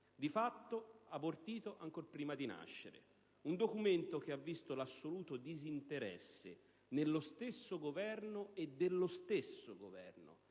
di fatto abortito ancor prima di nascere. Si tratta di un documento che ha visto l'assoluto disinteresse nello stesso Governo e dello stesso Governo,